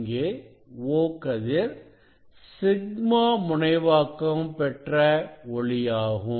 இங்கே O கதிர் σ முனைவாக்கம் பெற்ற ஒளியாகும்